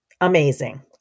amazing